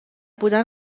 بودن